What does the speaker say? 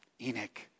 Enoch